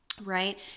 right